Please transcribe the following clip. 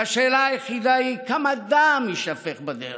והשאלה היחידה היא כמה דם יישפך בדרך,